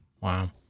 Wow